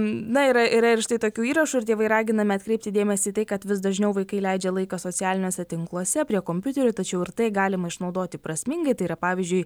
na yra yra ir štai tokių įrašų ir tėvai raginami atkreipti dėmesį į tai kad vis dažniau vaikai leidžia laiką socialiniuose tinkluose prie kompiuterio tačiau ir tai galima išnaudoti prasmingai tai yra pavyzdžiui